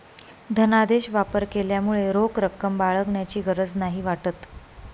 धनादेश वापर केल्यामुळे रोख रक्कम बाळगण्याची गरज नाही वाटत